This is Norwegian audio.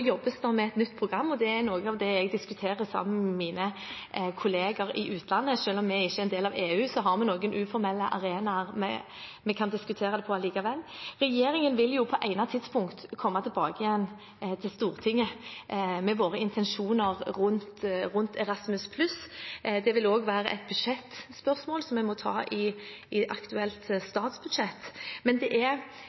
jobbes med et nytt program. Det er noe av det jeg diskuterer med mine kollegaer i utlandet. Selv om vi ikke er en del av EU, har vi likevel noen uformelle arenaer hvor vi kan diskutere dette. Regjeringen vil på egnet tidspunkt komme tilbake til Stortinget med sine intensjoner med Erasmus+. Dette vil også være et budsjettspørsmål, som vi må ta i forbindelse med det aktuelle statsbudsjettet. Internasjonal studentmobilitet handler ikke om bare ett tiltak. Det er mye vi må se på i